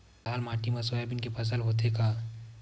लाल माटी मा सोयाबीन के फसल होथे का?